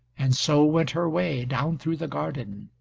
and so went her way down through the garden.